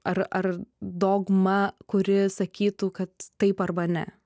ar ar dogma kuri sakytų kad taip arba ne